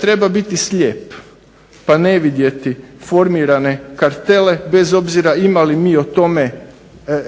Treba biti slijep pa ne vidjeti formirane kartele bez obzira imali mi o tome